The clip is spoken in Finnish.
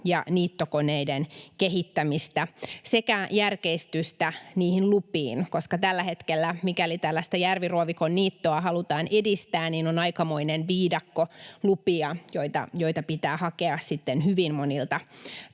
ja niittokoneiden kehittämistä sekä järkeistystä lupiin, koska tällä hetkellä, mikäli järviruovikon niittoa halutaan edistää, on aikamoinen viidakko lupia, joita pitää hakea hyvin monilta